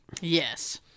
Yes